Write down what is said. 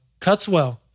Cutswell